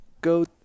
go